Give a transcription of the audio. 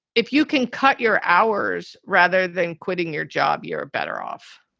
if you can cut your hours rather than quitting your job, you're better off